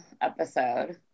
episode